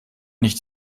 nicht